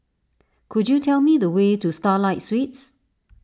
could you tell me the way to Starlight Suites